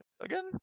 Again